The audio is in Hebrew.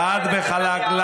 חד וחלק.